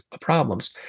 problems